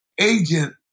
agent